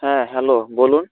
হ্যাঁ হ্যালো বলুন